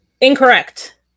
Incorrect